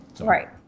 Right